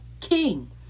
king